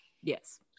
Yes